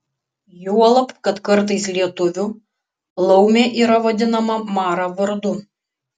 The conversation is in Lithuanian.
juolab kad kartais lietuvių laumė yra vadinama mara vardu